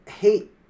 hate